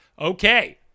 Okay